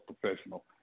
professional